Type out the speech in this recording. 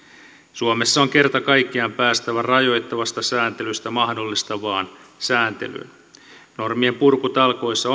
suomessa on kerta kaikkiaan päästävä rajoittavasta sääntelystä mahdollistavaan sääntelyyn normien purkutalkoissa